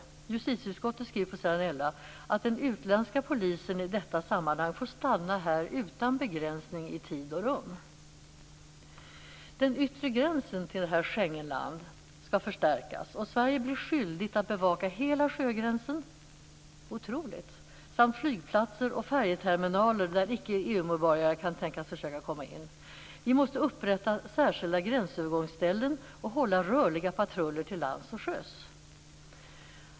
Justitieutskottet skriver på s. 11 att den utländska polisen i detta sammanhang får stanna här utan begränsning i tid och rum. Den yttre gränsen kring "Schengenland" skall förstärkas och Sverige blir skyldigt att bevaka hela sjögränsen - otroligt! - samt flygplatser och färjeterminaler där icke-EU-medborgare kan tänkas försöka komma in. Vi måste upprätta särskilda gränsövergångsställen och hålla rörliga patruller till lands och sjöss.